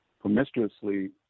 promiscuously